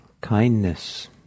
kindness